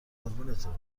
قربونتون